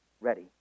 Ready